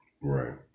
Right